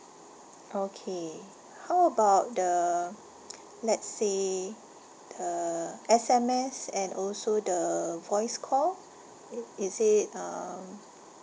okay how about the let's say the S_M_S and also the voice call it is it um